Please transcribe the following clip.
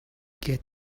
get